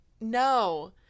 No